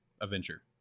Adventure